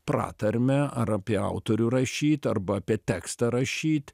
pratarmę ar apie autorių rašyt arba apie tekstą rašyt